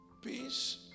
Peace